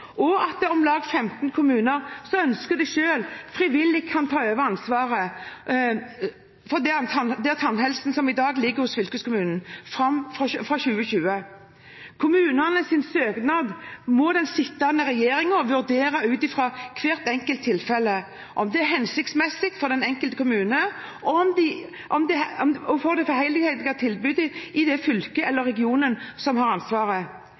regionalt nivå, og at om lag 15 kommuner som ønsker det selv, frivillig kan ta over ansvaret for tannhelsen, som i dag ligger hos fylkeskommunen, fra 2020. Kommunenes søknad må den sittende regjeringen vurdere ut fra hvert enkelt tilfelle, om det er hensiktsmessig for den enkelte kommune og for det helhetlige tilbudet i det fylket eller den regionen som har ansvaret.